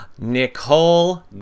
Nicole